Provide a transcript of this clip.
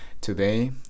Today